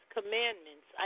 Commandments